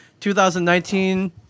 2019